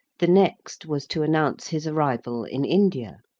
the next was to announce his arrival in india.